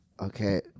Okay